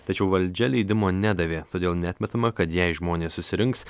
tačiau valdžia leidimo nedavė todėl neatmetama kad jei žmonės susirinks